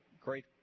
Great